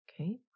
okay